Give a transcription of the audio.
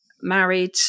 married